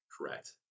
Correct